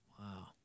Wow